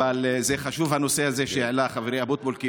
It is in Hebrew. אבל הנושא הזה שהעלה חברי אבוטבול חשוב,